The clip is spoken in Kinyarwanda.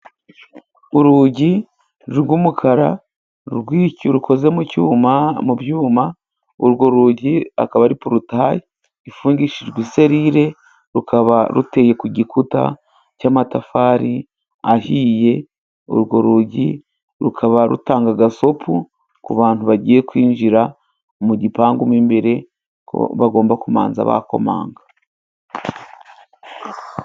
Urugi rw'umukara rukoze mu byuma， urwo rugi akaba ari porutayi ifungishijwe iserire， rukaba ruteye ku gikuta cy'amatafari ahiye，urwo rugi rukaba rutanga gasopu ku bantu bagiye kwinjira mu gipangu mo imbere，ko bagomba kubanza bakomanga.